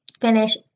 finish